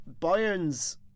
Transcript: Bayern's